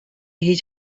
his